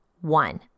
One